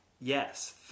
Yes